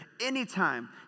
Anytime